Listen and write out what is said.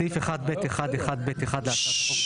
בסעיף 1(ב1)(1)(ב)(1) להצעת החוק,